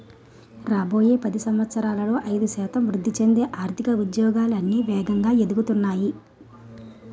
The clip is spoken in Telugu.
రాబోయే పది సంవత్సరాలలో ఐదు శాతం వృద్ధి చెందే ఆర్థిక ఉద్యోగాలు అన్నీ వేగంగా ఎదుగుతున్నాయి